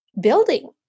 building